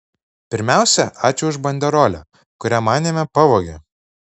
pirmiausia ačiū už banderolę kurią manėme pavogė